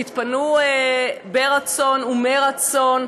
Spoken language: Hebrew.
תתפנו ברצון ומרצון,